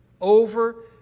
over